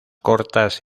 cortas